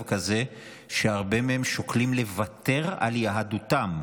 כזה שהרבה מהם שוקלים לוותר על יהדותם,